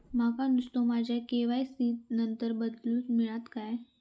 माका नुस्तो माझ्या के.वाय.सी त नंबर बदलून मिलात काय?